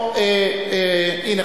הנה,